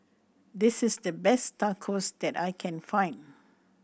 this is the best Tacos that I can find